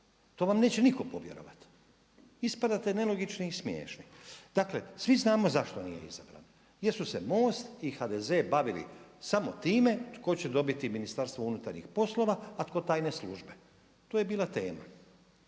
to vam neće nitko povjerovati. Ispadate nelogični i smiješni. Dakle svi znamo zašto nije izabran jer su se MOST i HDZ bavili samo time tko će dobiti Ministarstvo unutarnjih poslova a tko tajne službe. To je bila tema.